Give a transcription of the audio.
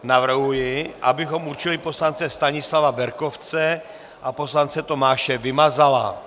Navrhuji, abychom určili poslance Stanislava Berkovce a poslance Tomáše Vymazala.